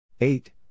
Eight